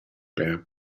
per